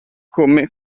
come